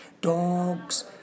dogs